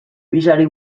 pixari